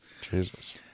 Jesus